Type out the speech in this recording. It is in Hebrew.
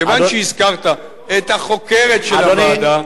כיוון שהזכרת את החוקרת של הוועדה,